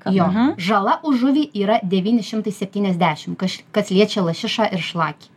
jo žala už žuvį yra devyni šimtai septyniasdešim kaš kas liečia lašišą ir šlakį